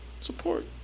support